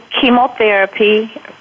chemotherapy